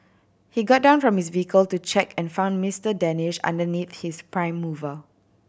he got down from his vehicle to check and found Mister Danish underneath his prime mover